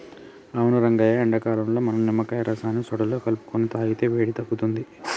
అవును రంగయ్య ఎండాకాలంలో మనం నిమ్మకాయ రసాన్ని సోడాలో కలుపుకొని తాగితే వేడి తగ్గుతుంది